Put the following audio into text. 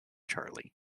charlie